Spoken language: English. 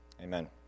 Amen